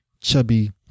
Chubby